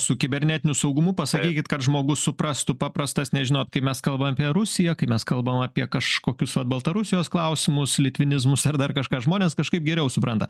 su kibernetiniu saugumu pasakykit kad žmogus suprastų paprastas nes žinot kai mes kalbam apie rusiją kai mes kalbam apie kažkokius vat baltarusijos klausimus litvinizmus ar dar kažką žmonės kažkaip geriau supranta